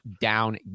down